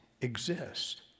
exist